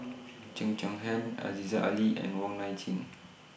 Cheo Chai Hiang Aziza Ali and Wong Nai Chin